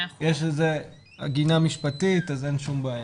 יש לזה עגינה משפטית אז אין שום בעיה.